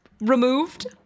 removed